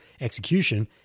execution